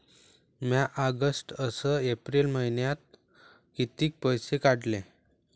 म्या ऑगस्ट अस एप्रिल मइन्यात कितीक पैसे काढले?